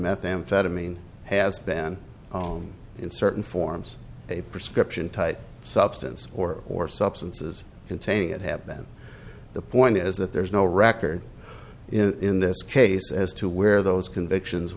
methamphetamine has been in certain forms a prescription type substance or or substances containing it have been the point is that there's no record in this case as to where those convictions